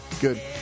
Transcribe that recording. good